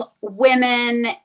women